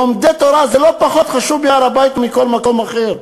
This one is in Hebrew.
לומדי תורה זה לא פחות חשוב מהר-הבית ומכל מקום אחר.